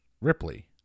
Ripley